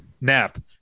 nap